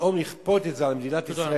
ופתאום לכפות את זה על מדינת ישראל,